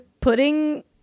putting